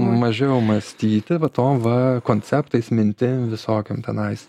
mažiau mąstyti va tom va konceptais mintim visokiom tenais